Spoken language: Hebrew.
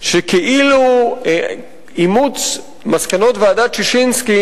שכאילו אימוץ מסקנות ועדת-ששינסקי